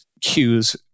cues